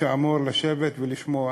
שאמור לשבת ולשמוע.